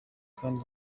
kandi